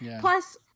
Plus